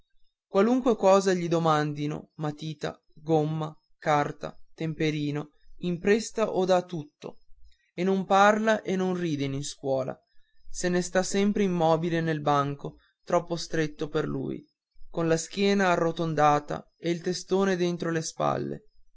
qualunque cosa gli domandino matita gomma carta temperino impresta o dà tutto e non parla e non ride in iscuola se ne sta sempre immobile nel banco troppo stretto per lui con la schiena arrotondata e il testone dentro le spalle